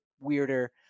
weirder